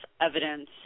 evidence